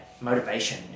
motivation